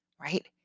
right